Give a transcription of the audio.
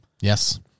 Yes